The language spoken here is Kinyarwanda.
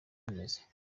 bimeze